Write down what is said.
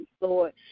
Lord